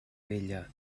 vella